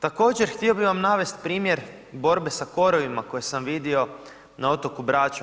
Također, htio bih vam navesti primjer borbe sa korovima koje sam vidio na otoku Braču.